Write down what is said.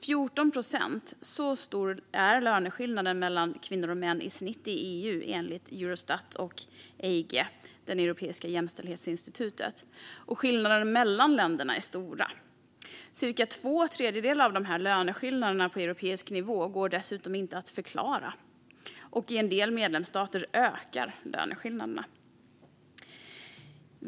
14 procent - så stor är löneskillnaden mellan kvinnor och män i snitt i EU, enligt Eurostat och EIGE, det europeiska jämställdhetsinstitutet. Skillnaderna mellan länderna är också stora. Cirka två tredjedelar av löneskillnaderna på europeisk nivå går dessutom inte att förklara, och i en del medlemsstater ökar löneskillnaderna.